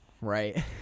Right